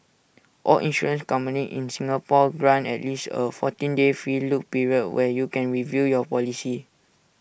all insurance companies in Singapore grant at least A fourteen day free look period where you can review your policy